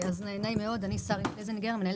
שלום רב.